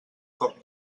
cop